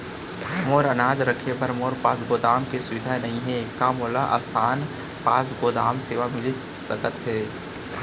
मोर अनाज रखे बर मोर पास गोदाम के सुविधा नई हे का मोला आसान पास गोदाम सेवा मिलिस सकथे?